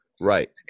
Right